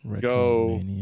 go